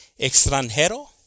extranjero